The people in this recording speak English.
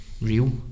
real